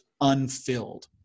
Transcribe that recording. unfilled